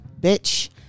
bitch